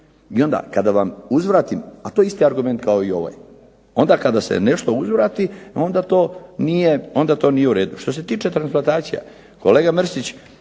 I onda kada vam uzvratim, a to je isti argument kao i ovaj, onda kada se nešto uzvrati onda to nije u redu. Što se tiče transplantacija, kolega Mrsić